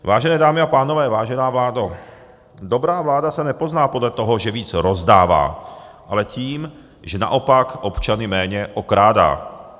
Vážené dámy a pánové, vážená vládo, dobrá vláda se nepozná podle toho, že víc rozdává, ale tím, že naopak občany méně okrádá.